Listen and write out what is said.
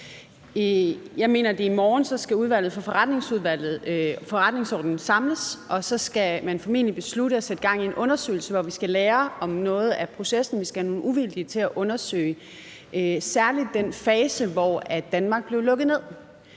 Jeg mener, at i morgen skal Udvalget for Forretningsordenen samles, og så skal man formentlig beslutte at sætte gang i en undersøgelse, hvor vi skal lære om noget af processen; hvor vi skal have nogle uvildige til at undersøge særlig den fase, hvor Danmark blev lukket ned.